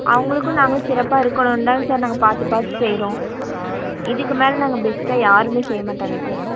அவங்களுக்கும் நாங்களும் சிறப்பாக இருக்கணும்தான் சார் நாங்கள் பார்த்து பார்த்து செய்யறோம் இதுக்கு மேலே நாங்கள் பெஸ்டாக யாருமே செய்ய மாட்டாங்க சார்